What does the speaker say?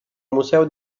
museo